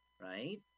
right